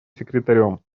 секретарем